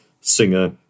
singer